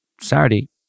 Saturday